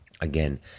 Again